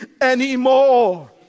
anymore